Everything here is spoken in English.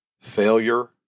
failure